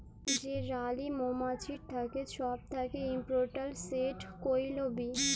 যে রালী মমাছিট থ্যাকে ছব থ্যাকে ইমপরট্যাল্ট, সেট কুইল বী